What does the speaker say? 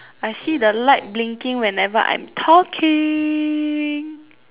I see the light blinking whenever I'm talking